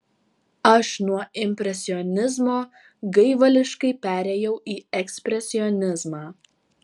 aš nuo impresionizmo gaivališkai perėjau į ekspresionizmą